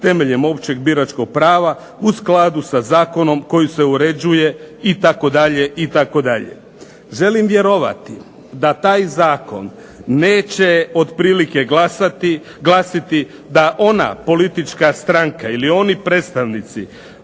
temeljem općeg biračkog prava u skladu sa zakonom koji se uređuje itd. itd. Želim vjerovati da taj zakon neće otprilike glasiti da ona politička stranka ili oni predstavnici